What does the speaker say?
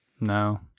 No